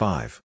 Five